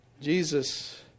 Jesus